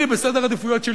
אני בסדר העדיפויות שלי,